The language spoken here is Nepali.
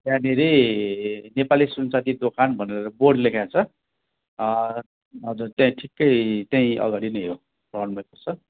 त्यहाँनिर नेपाली सुन चाँदी दोकान भनेर बोर्ड लेख्या छ हजुर त्यहीँ ठिकै त्यहीँ अगाडि नै हो फ्रन्टमै पर्छ